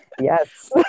yes